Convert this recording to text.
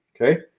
Okay